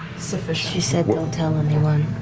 ah she said don't tell anyone.